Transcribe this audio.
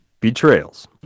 Betrayals